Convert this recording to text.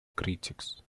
critics